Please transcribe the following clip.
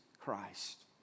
Christ